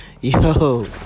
yo